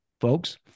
folks